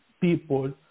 people